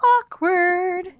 Awkward